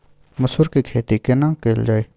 मसूर के खेती केना कैल जाय?